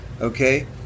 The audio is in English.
Okay